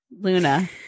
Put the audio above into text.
Luna